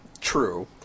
True